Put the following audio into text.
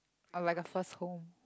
or like a first home